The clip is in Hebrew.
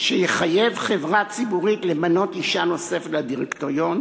שיחייב חברה ציבורית למנות אישה נוספת לדירקטוריון